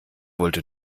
wollte